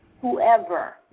whoever